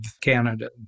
Canada